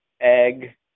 egg